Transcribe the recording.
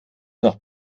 noch